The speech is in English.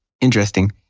Interesting